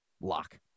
lock